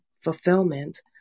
fulfillment